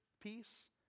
peace